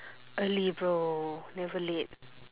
early bro never late